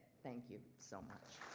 thank you so much.